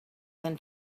than